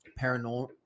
paranormal